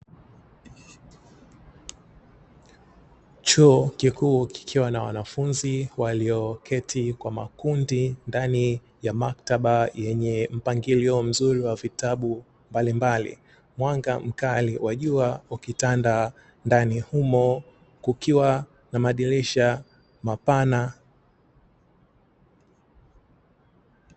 Chuo kikuu kikiwa na wanafunzi walioketi kwa makundi ndani ya maktaba yenye mpangilio mzuri wa vitabu mbali mbali mwanga mkali wa jua ukitanda ndani humo kukiwa na madirisha mapana.